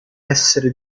essere